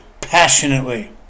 passionately